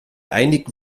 einigen